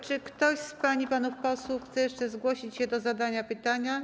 Czy ktoś z pań i panów posłów chce jeszcze zgłosić się do zadania pytania?